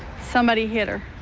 somebody hit her.